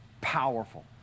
Powerful